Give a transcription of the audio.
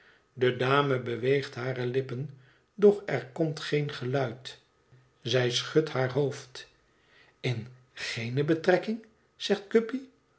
de dame beweegt hare lippen doch er komt geen geluid zij schudt haar hoofd in ge ene betrekking zegt guppy